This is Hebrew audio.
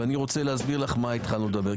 ואני רוצה להסביר לה מה התחלנו לדבר.